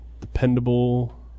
dependable –